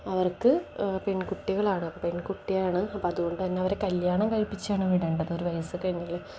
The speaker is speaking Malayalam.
അവർക്ക് പെൺകുട്ടികളാണ് അപ്പം പെൺകുട്ടിയാണ് അപ്പം അതു കൊണ്ടു തന്നെ അവരെ കല്യാണം കഴിപ്പിച്ചാണ് വിടേണ്ടത് ഒരു വയസ്സൊക്കെ ആയെങ്കിൽ